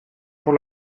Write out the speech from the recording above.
pour